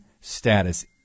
status